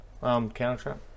counter-trap